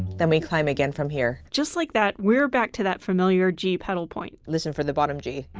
then we climb again from here. just like that, we're back to that familiar g pedal point. listen for the bottom g.